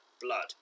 blood